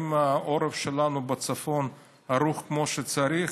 האם העורף שלנו בצפון ערוך כמו שצריך?